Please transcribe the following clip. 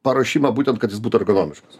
paruošimą būtent kad jis būtų ergonomiškas